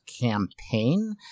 campaign